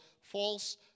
false